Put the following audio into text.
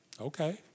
Okay